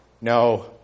No